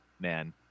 man